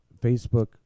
Facebook